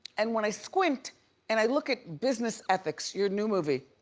and when i squint and i look at business ethics, your new movie,